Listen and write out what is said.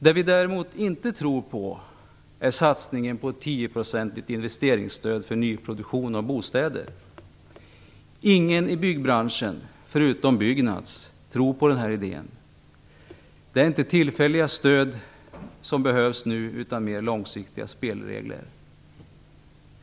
Vad vi däremot inte tror på är satsningen på ett tioprocentigt investeringsstöd för nyproduktion av bostäder. Ingen i byggbranschen, förutom Byggnadsarbetareförbundet, tror på den här idén. Nu är det inte tillfälliga stöd som behövs utan mer långsiktiga spelregler.